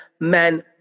Men